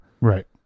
Right